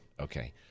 okay